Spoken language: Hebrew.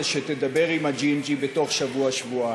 שתדבר עם הג'ינג'י בתוך שבוע-שבועיים.